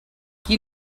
qui